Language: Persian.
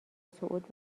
صعود